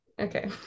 okay